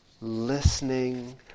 listening